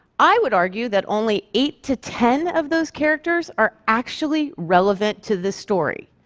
i would argue that only eight to ten of those characters are actually relevant to the story.